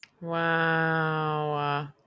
Wow